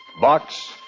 Box